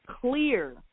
clear